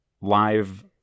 live